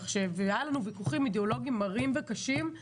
והיו לנו ויכוחים אידיאולוגיים מרים וקשים.